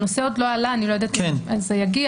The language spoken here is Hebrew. הנושא עוד לא עלה ואני לא יודעת אם הוא יגיע,